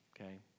okay